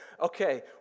Okay